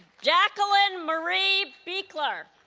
jacqueline marie buechler